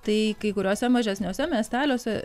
tai kai kuriuose mažesniuose miesteliuose